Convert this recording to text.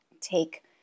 take